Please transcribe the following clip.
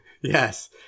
Yes